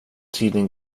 tiden